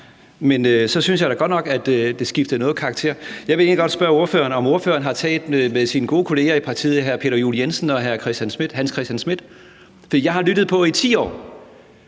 men så synes jeg da godt nok, at det skiftede noget karakter. Jeg vil egentlig godt spørge ordføreren, om ordføreren har talt med sine gode kolleger i partiet, nemlig hr. Peter Juel-Jensen og hr. Hans Christian Schmidt. For jeg har i 10 år